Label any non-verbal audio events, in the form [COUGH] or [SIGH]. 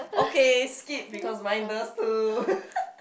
okay skip because mine does too [LAUGHS]